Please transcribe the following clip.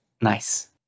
Nice